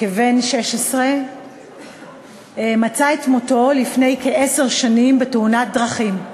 כבן 16 מצא את מותו לפני כעשר שנים בתאונת דרכים,